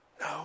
No